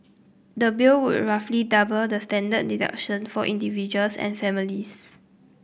the bill would roughly double the standard deduction for individuals and families